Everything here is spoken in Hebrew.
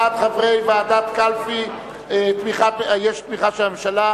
החזר כספי בשל ביטול עסקה לרכישת טובין),